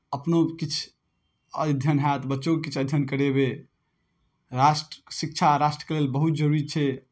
अपनो किछु अध्ययन हैत बच्चोकेँ किछु अध्ययन करेबै राष्ट्र शिक्षा राष्ट्रके लेल बहुत जरूरी छै